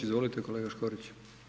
Izvolite kolega Škoriću.